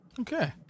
Okay